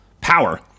power